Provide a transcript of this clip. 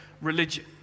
religion